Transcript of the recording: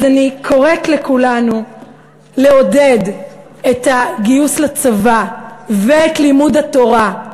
אז אני קוראת לכולנו לעודד את הגיוס לצבא ואת לימוד התורה,